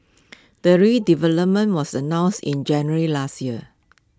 the redevelopment was announced in January last year